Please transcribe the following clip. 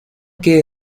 que